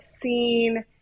seen